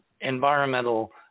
environmental